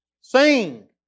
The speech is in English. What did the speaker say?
Sing